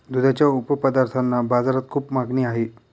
दुधाच्या उपपदार्थांना बाजारात खूप मागणी आहे